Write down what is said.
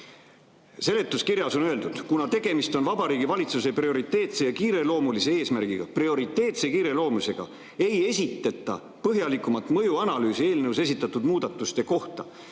Seletuskirjas on öeldud: "Kuna tegemist on Vabariigi Valitsuse prioriteetse ja kiireloomulise eesmärgiga (Prioriteetne ja kiireloomuline – H.-V. S.), ei esitata eraldi põhjalikumalt mõjuanalüüsi eelnõus esitatud muudatuste kohta."